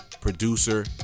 producer